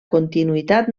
continuïtat